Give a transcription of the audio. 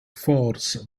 force